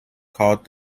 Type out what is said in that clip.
called